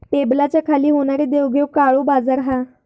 टेबलाच्या खाली होणारी देवघेव काळो बाजार हा